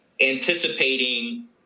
anticipating